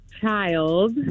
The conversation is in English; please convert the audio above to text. child